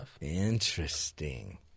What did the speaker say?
Interesting